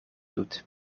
doet